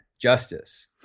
justice